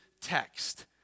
text